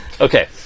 Okay